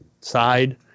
side